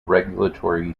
regulatory